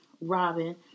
robin